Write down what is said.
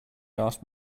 asked